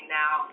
now